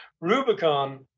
Rubicon